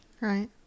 Right